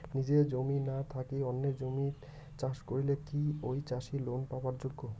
নিজের জমি না থাকি অন্যের জমিত চাষ করিলে কি ঐ চাষী লোন পাবার যোগ্য?